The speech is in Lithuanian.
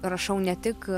rašau ne tik